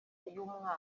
y’umwana